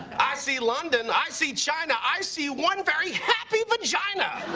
i see london, i see china, i see one very happy vagina!